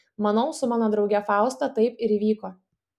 manau su mano drauge fausta taip ir įvyko